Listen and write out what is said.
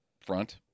front